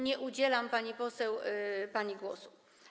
Nie udzielam, pani poseł, pani głosu.